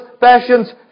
passions